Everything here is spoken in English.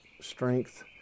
strength